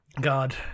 god